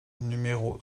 numéro